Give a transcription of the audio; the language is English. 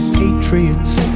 patriots